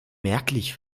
merklich